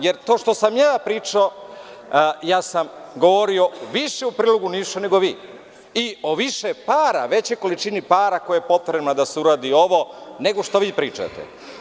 Jer, to što sam ja pričao, ja sam govorio više u prilog Nišu nego vi i o više para, većoj količini para koja je potrebna da se uradi ovo, nego što vi pričate.